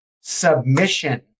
submission